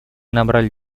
набрали